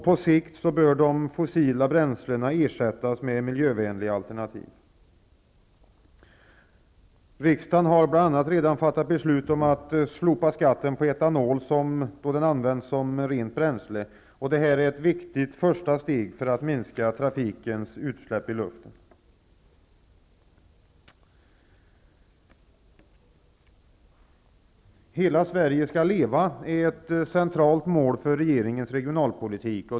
På sikt bör de fossila bränslena ersätts med miljövänliga alternativ. Riksdagen har bl.a. redan fattat beslut om att slopa skatten på etanol, då den används som rent bränsle. Detta är ett viktigt första steg för att minska trafikens utsläpp i luften. ''Hela Sverige skall leva'' är ett centralt mål för regeringens regionalpolitik.